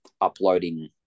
uploading